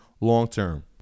long-term